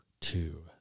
two